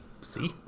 See